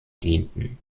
dienten